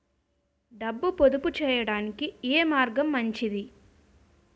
డబ్బు పొదుపు చేయటానికి ఏ మార్గం మంచిది?